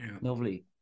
Lovely